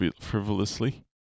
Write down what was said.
frivolously